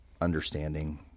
understanding